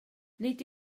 nid